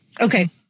Okay